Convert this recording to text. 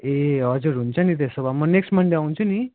ए हजुर हुन्छ नि त्यसो भए म नेक्स्ट मनडे आउँछु नि